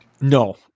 No